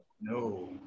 No